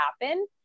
happen